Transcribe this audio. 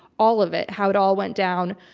all of it. how it all went down.